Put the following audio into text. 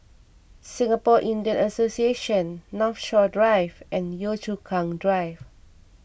Singapore Indian Association Northshore Drive and Yio Chu Kang Drive